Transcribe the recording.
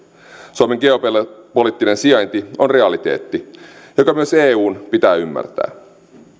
suomen geopoliittinen sijainti on realiteetti joka myös eun pitää ymmärtää